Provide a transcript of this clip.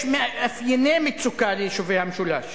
יש מאפייני מצוקה ליישובי המשולש.